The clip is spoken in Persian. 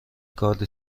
کارد